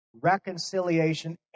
reconciliation